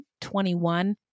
21